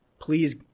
Please